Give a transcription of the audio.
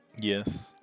Yes